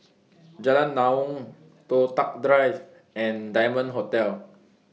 Jalan Naung Toh Tuck Drive and Diamond Hotel